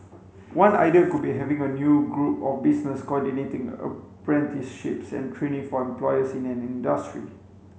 one idea could be having a new group of businesses coordinating apprenticeships and training for employers in an industry